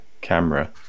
Camera